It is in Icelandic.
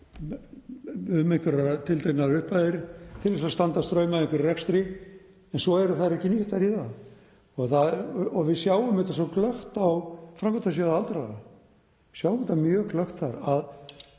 um einhverjar tilteknar upphæðir til að standa straum af rekstri en svo eru þær ekki nýttar í það. Við sjáum þetta svo glöggt á Framkvæmdasjóði aldraðra, sjáum þetta mjög glöggt þar. Það